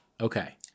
Okay